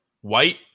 white